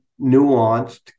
nuanced